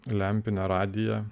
lempinį radiją